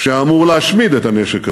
שאמור להשמיד את הנשק הזה.